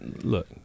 look